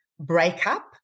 Breakup